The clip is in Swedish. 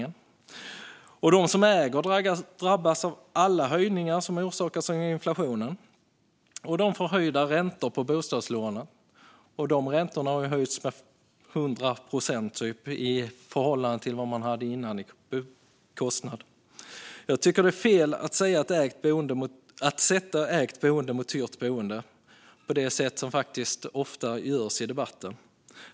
Dessutom drabbas de som äger nu av alla höjningar som orsakas av inflationen, och de får höjda räntor på sina bostadslån - räntor som höjts till det dubbla jämfört med tidigare. Jag tycker att det är fel att sätta ägt boende mot hyrt boende på det sätt som ofta görs i debatten.